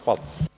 Hvala.